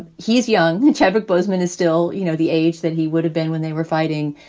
he's young chevy bozeman is still, you know, the age that he would have been when they were fighting.